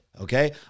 Okay